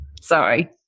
Sorry